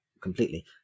completely